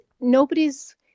nobody's